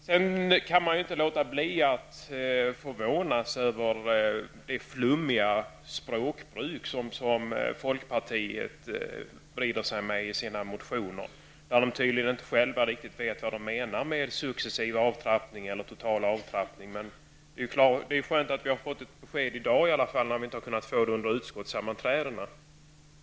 Man kan inte låta bli att förvånas över det flummiga språkbruk som folkpartiet använder sig av i sina motioner. Man vet tydligen inte själv vad man menar med successiv eller total avtrappning. Det är emellertid skönt att vi har fått ett besked i dag, eftersom vi inte har kunnat få det under utskottssammanträdena.